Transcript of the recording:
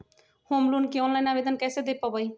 Home loan के online आवेदन कैसे दें पवई?